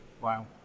Wow